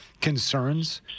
concerns